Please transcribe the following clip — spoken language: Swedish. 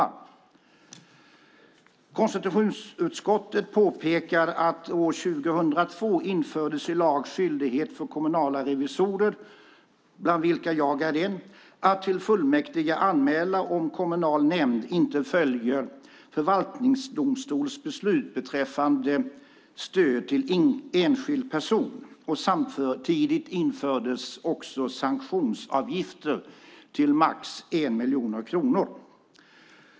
Konstitutionsutskottet påpekar att år 2002 infördes i lag skyldighet för kommunala revisorer, bland vilka jag är en, att till fullmäktige anmäla om kommunal nämnd inte följer förvaltningsdomstols beslut beträffande stöd till enskild person. Samtidigt infördes också sanktionsavgifter på max 1 miljon kronor.